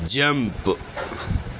jump